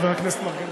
חבר הכנסת מרגלית.